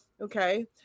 okay